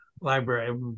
library